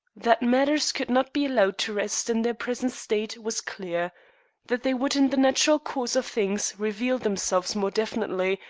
that matters could not be allowed to rest in their present state was clear that they would, in the natural course of things, reveal themselves more definitely,